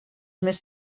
més